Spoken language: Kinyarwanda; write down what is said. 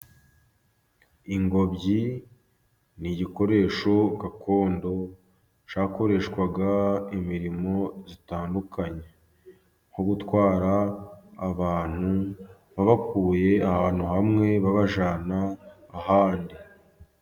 Ingobyi ni igikoresho gakondo cyakoreshwaga imirimo itandukanye, nko gutwara abantu babakuye ahantu hamwe babajyana ahandi.